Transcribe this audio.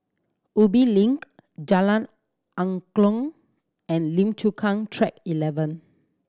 Ubi Link Jalan Angklong and Lim Chu Kang Track Eleven